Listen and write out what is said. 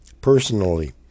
personally